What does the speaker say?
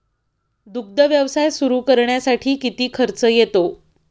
दुग्ध व्यवसाय सुरू करण्यासाठी किती खर्च येतो?